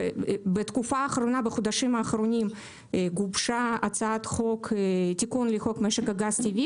בתקופה האחרונה גובשה הצעת חוק לתיקון חוק משק הגז הטבעי